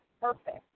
perfect